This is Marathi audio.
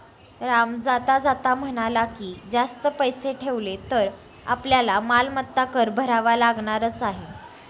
राम जाता जाता म्हणाला की, जास्त पैसे ठेवले तर आपल्याला मालमत्ता कर भरावा लागणारच आहे